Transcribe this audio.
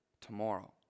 tomorrow